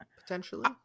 potentially